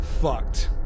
fucked